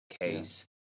case